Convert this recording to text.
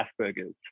Asperger's